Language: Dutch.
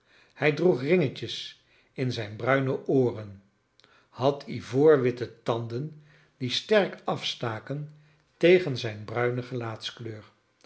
hij droeg ringetjes in zijn bruine ooren had ivoorwitte tanden die sterk afstaken tegen zijn